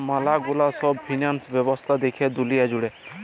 ম্যালা গুলা সব ফিন্যান্স ব্যবস্থা দ্যাখে দুলিয়া জুড়ে